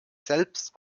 selbst